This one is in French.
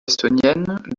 estonienne